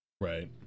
right